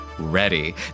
ready